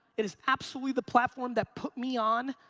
it is absolutely the platform that put me on.